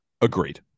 agreed